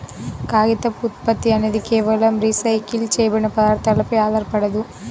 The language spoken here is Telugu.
కాగితపు ఉత్పత్తి అనేది కేవలం రీసైకిల్ చేయబడిన పదార్థాలపై ఆధారపడదు